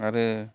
आरो